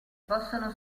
possono